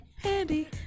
handy